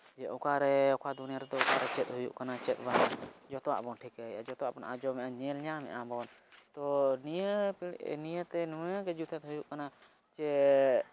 ᱡᱮ ᱚᱠᱟᱨᱮ ᱚᱠᱟ ᱫᱩᱱᱭᱟᱹᱨᱮ ᱪᱮᱫ ᱦᱩᱭᱩᱜ ᱠᱟᱱᱟ ᱪᱮᱫ ᱵᱟᱝ ᱡᱚᱛᱚᱣᱟᱜ ᱵᱚᱱ ᱴᱷᱤᱠᱟᱹᱭᱮᱫᱟ ᱡᱚᱛᱚᱣᱟᱜ ᱵᱚᱱ ᱟᱸᱡᱚᱢᱮᱫᱟ ᱧᱮᱞᱧᱟᱢᱮᱫᱟ ᱵᱚᱱ ᱛᱚ ᱱᱤᱭᱟᱹ ᱱᱤᱭᱟᱹᱛᱮ ᱱᱩᱱᱟᱹᱜᱼᱜᱮ ᱡᱚᱛᱷᱟᱛ ᱦᱩᱭᱩᱜ ᱠᱟᱱᱟ ᱡᱮ